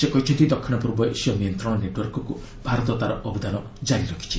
ସେ କହିଛନ୍ତି ଦକ୍ଷିଣପୂର୍ବ ଏସୀୟ ନିୟନ୍ତ୍ରଣ ନେଟ୍ୱାର୍କକୁ ଭାରତ ତାର ଅବଦାନ କାରି ରଖିଛି